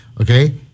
okay